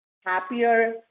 happier